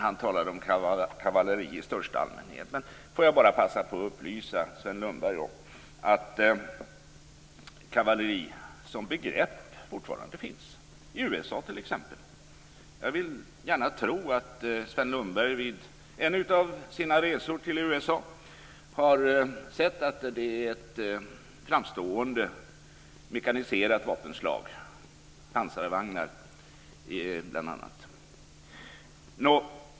Han talade kanske om kavalleri i största allmänhet. Låt mig upplysa Sven Lundberg om att kavalleri finns fortfarande som begrepp i t.ex. USA. Jag vill gärna tro att Sven Lundberg i en av sina resor till USA har sett att det är ett framstående mekaniserat vapenslag, bl.a. med pansarvagnar.